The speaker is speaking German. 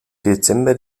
dezember